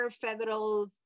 Federal